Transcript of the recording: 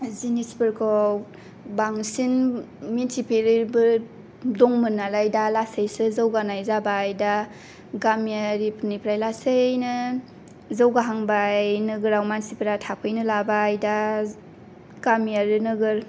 जिनिसफोरखौ बांसिन मिथिफेरैबो दंमोन नालाय दा लासैसो जौगानाय जाबाय दा गामियारिनिफ्राय लासैनो जौगाहांबाय नोगोराव मानसिफोरा थाफैनो लाबाय दा गामि आरो नोगोर